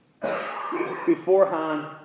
Beforehand